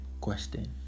question